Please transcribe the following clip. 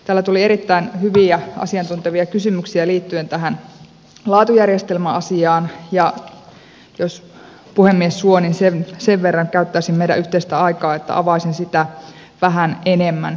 täällä tuli erittäin hyviä asiantuntevia kysymyksiä liittyen tähän laatujärjestelmäasiaan ja jos puhemies suo niin sen verran käyttäisin meidän yhteistä aikaa että avaisin sitä vähän enemmän